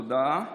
תודה.